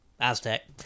Aztec